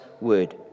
word